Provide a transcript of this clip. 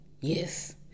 yes